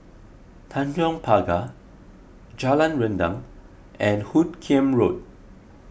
Tanjong Pagar Jalan Rendang and Hoot Kiam Road